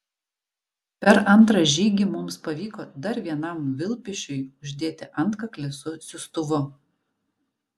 per antrą žygį mums pavyko dar vienam vilpišiui uždėti antkaklį su siųstuvu